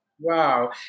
Wow